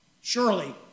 Surely